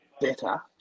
better